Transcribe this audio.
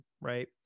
Right